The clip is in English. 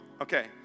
Okay